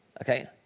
Okay